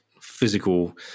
physical